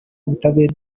ubutabera